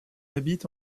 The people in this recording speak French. habite